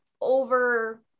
over